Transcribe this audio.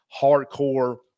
hardcore